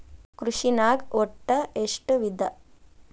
ಕೃಷಿನಾಗ್ ಒಟ್ಟ ಎಷ್ಟ ವಿಧ?